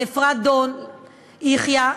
לאפרת דון-יחיא,